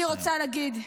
אני רוצה להגיד,